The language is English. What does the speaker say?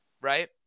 right